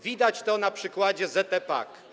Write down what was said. Widać to na przykładzie ZE PAK.